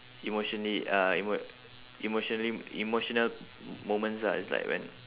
emotionally uh emo~ emotionally emotional m~ moments ah it's like when